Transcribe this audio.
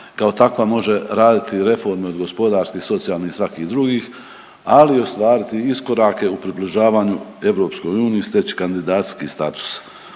Kao takva može raditi reforme od gospodarskih, socijalnih i svakih drugih, ali i ostvariti iskorake u približavanju EU i steći kandidacijski status